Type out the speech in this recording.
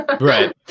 Right